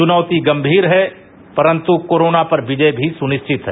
चुनौती गम्मीर है परन्तु कोरोना पर विजय भी सुनिश्चित है